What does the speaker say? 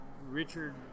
Richard